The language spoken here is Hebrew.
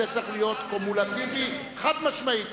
זה צריך להיות קומולטיבי, חד-משמעית.